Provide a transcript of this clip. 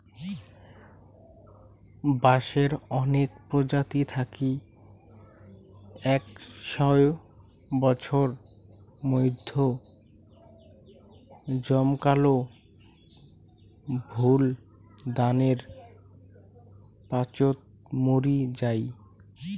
বাঁশের অনেক প্রজাতি থাকি একশও বছর মইধ্যে জমকালো ফুল দানের পাচোত মরি যাই